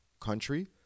country